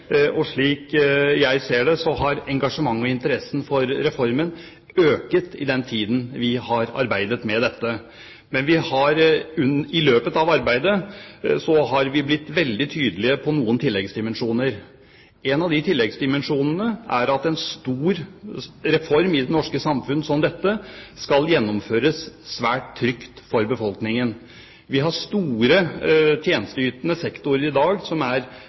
Slik jeg ser det, har engasjementet og interessen for reformen økt i den tiden vi har arbeidet med dette. Men i løpet av arbeidet har vi blitt veldig tydelige på noen tilleggsdimensjoner. En av disse tilleggsdimensjonene er at en stor reform i det norske samfunnet, som denne, skal gjennomføres på en svært trygg måte for befolkningen. Vi har store tjenesteytende sektorer i dag, spesialisthelsetjeneste og kommunehelsetjeneste, som er